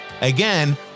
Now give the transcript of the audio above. again